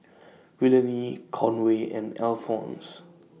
Willene Conway and Alphons